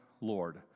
Lord